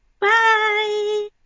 Bye